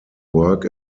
work